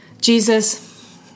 Jesus